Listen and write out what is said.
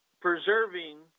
preserving